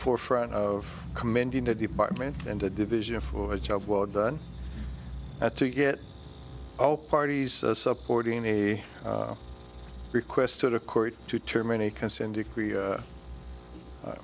forefront of commending the department and the division for a job well done that to get all parties supporting a request to the court to terminate consent decree